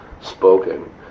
spoken